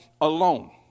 alone